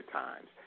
times